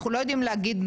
אנחנו לא יודעים להגיד,